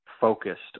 focused